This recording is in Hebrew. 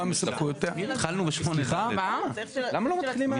בסמכויותיה --- למה לא מתחילים מההתחלה?